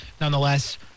nonetheless